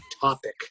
topic